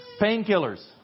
painkillers